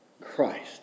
Christ